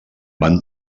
van